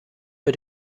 für